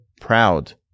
proud